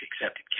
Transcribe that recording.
accepted